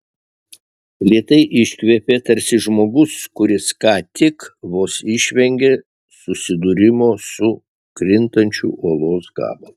lėtai iškvėpė tarsi žmogus kuris ką tik vos išvengė susidūrimo su krintančiu uolos gabalu